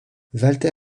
walter